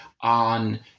on